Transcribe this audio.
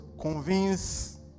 Convince